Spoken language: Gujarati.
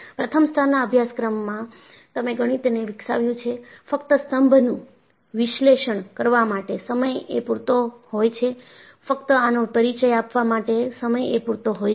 પ્રથમ સ્તરના અભ્યાશ્ક્ર્મ માં તમે ગણિતને વિકસાવ્યું છે ફક્ત સ્તંભનું વિશ્લેષણ કરવા માટે સમય એ પૂરતો હોય છે ફક્ત આનો પરિચય આપવા માટે સમય એ પુરતો હોય છે